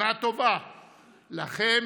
שנה טובה לכם